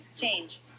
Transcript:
Change